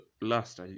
Last